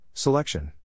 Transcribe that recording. Selection